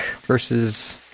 versus